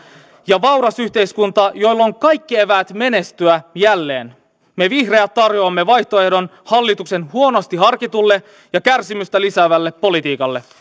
ja vauras yhteiskunta jolla on kaikki eväät menestyä jälleen me vihreät tarjoamme vaihtoehdon hallituksen huonosti harkitulle ja kärsimystä lisäävälle politiikalle